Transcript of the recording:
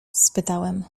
spytałem